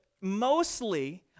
mostly